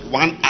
one